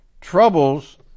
Troubles